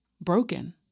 broken